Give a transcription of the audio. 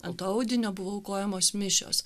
ant to audinio buvo aukojamos mišios